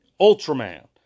Ultraman